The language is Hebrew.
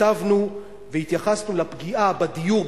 כתבנו והתייחסנו לפגיעה בדיור,